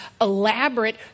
elaborate